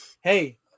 Hey